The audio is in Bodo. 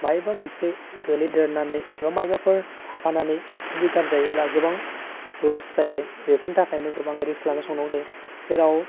मायोबा मोनसे गोलैदेरनानै एबा मायोबाफोर थाफानानै जुदि गारजायोब्ला गोबां लस्ट जायो बेफोरनि थाखायनो गोबां रिक्स लानानै संनांगौ जायो जेराव